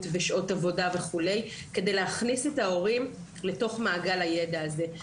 בשעות עבודה וכולי כדי להכניס את ההורים לתוך מעגל הידע הזה.